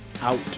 out